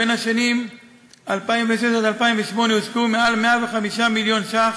בשנים 2006 2008 הושקעו יותר מ-105 מיליון ש"ח